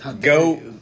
Go